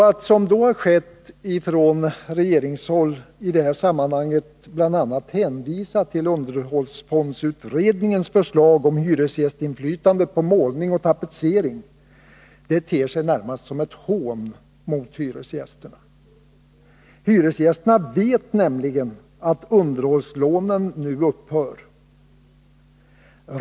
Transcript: Att i detta sammanhang bl.a. hänvisa till underhållsfondsutredningens förslag om hyresgästinflytande på målning och tapetsering, som har gjorts från regeringshåll, ter sig närmast som ett hån mot hyresgästerna. Hyresgästerna vet nämligen att underhållslånen nu upphör.